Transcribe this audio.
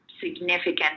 significant